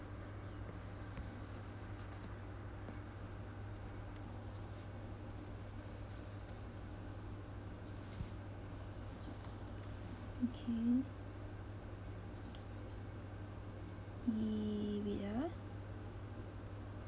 okay it wait ah